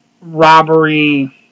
robbery